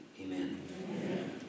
Amen